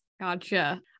Gotcha